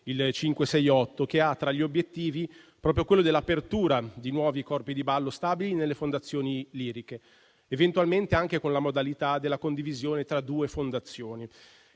n. 568, che ha tra gli obiettivi proprio quello dell'apertura di nuovi corpi di ballo stabili nelle fondazioni liriche, eventualmente anche con la modalità della condivisione tra due fondazioni.